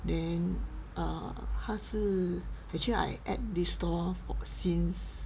then err 它是 actually I ate this store for since